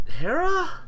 Hera